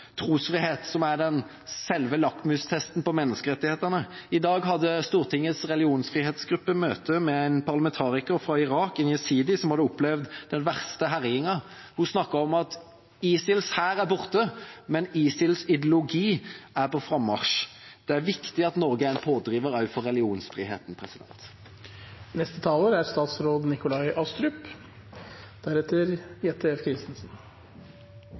trosfrihet, som er selve lakmustesten på menneskerettighetene. I dag hadde Stortingets religionsfrihetsgruppe møte med en parlamentariker fra Irak, en jesidi, som hadde opplevd den verste herjingen. Hun snakket om at ISILs hær er borte, men ISILs ideologi er på frammarsj. Det er viktig at Norge er en pådriver også for